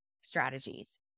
strategies